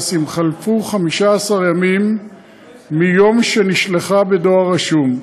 אם חלפו 15 ימים מיום שנשלחה בדואר רשום,